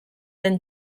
den